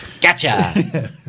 Gotcha